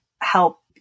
help